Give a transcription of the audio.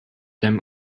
them